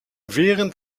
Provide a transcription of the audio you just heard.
während